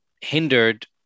hindered